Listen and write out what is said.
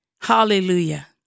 Hallelujah